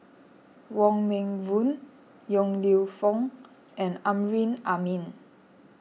Wong Meng Voon Yong Lew Foong and Amrin Amin